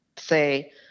say